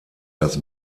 das